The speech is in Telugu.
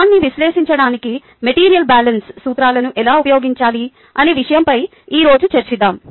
కణాన్ని విశ్లేషించడానికి మెటీరియల్ బ్యాలెన్స్ సూత్రాలను ఎలా ఉపయోగించాలి అనే విషయంపై ఈ రోజు చర్చిద్దాం